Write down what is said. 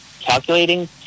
calculating